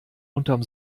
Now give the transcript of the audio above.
unterm